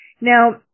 Now